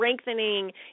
strengthening